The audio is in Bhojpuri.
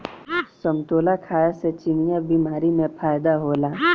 समतोला खाए से चिनिया बीमारी में फायेदा होला